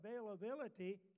availability